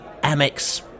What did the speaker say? Amex